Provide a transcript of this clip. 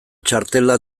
txartela